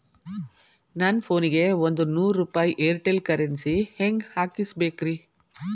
ನನ್ನ ಫೋನಿಗೆ ಒಂದ್ ನೂರು ರೂಪಾಯಿ ಏರ್ಟೆಲ್ ಕರೆನ್ಸಿ ಹೆಂಗ್ ಹಾಕಿಸ್ಬೇಕ್ರಿ?